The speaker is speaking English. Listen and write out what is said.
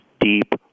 deep